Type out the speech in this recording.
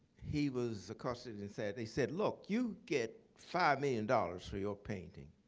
he was accosted and said, they said, look, you get five million dollars for your painting.